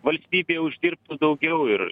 valstybėje uždirbtų daugiau ir